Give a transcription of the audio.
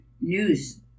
news